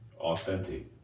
authentic